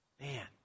Man